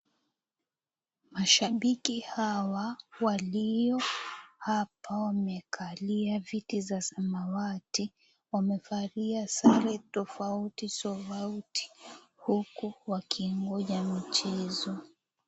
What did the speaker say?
Mashabiki hawa walio hapa wamekalia viti za samawati. Wamevalia sare tofauti tofauti huku wakingoja mchezo.